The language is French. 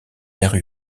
aire